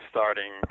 starting